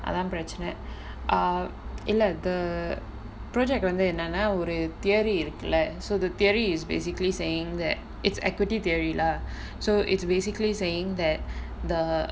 அதான் பிரச்சனை:athaan pirachanai ah இல்ல:illa the project வந்து என்னன்னா ஒரு:vanthu ennanna oru theory இருக்குல:irukula so the theory is basically saying that its equity theory lah so it's basically saying that the